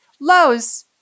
Lowe's